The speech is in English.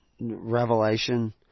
Revelation